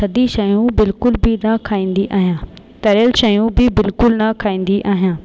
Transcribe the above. थधी शयूं बिल्कुल बि न खाईंदी आहियां तरियलु शयूं बि बिल्कुल न खाईंदी आहियां